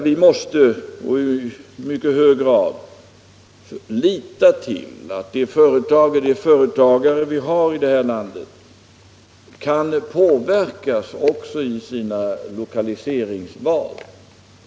Vi måste i mycket hög grad lita till att de företag och de företagare vi har i landet kan påverkas också i sina lokaliseringsval.